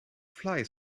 fly